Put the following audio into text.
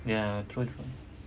ya true true